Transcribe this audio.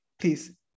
please